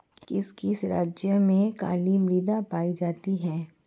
किस किस राज्य में काली मृदा पाई जाती है?